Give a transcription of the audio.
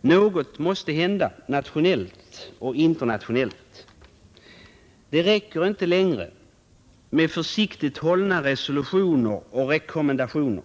Något måste hända nationellt och internationellt. Det räcker inte längre med försiktigt hållna resolutioner och rekommendationer.